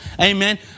Amen